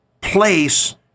place